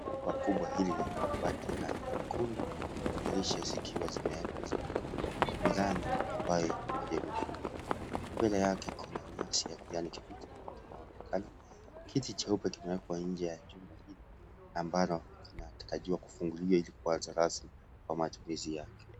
Jumba kubwa hili lenye mabati ya rangi nyekundu, dirisha zikiwa zimewekwa zote, milango ambayo pamoja imefunguliwa, mbele yake kuna nyasi ya kijani kibichi ambayo inaonekana, kiti cheupe kimewekwa nje ya jumba hili ambalo linatarajiwa kufunguliwa ili kuanza rasmi kwa matumizi yake.